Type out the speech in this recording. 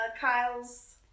Kyle's